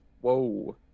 whoa